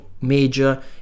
major